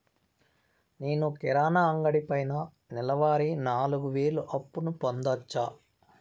నేను కిరాణా అంగడి పైన నెలవారి నాలుగు వేలు అప్పును పొందొచ్చా?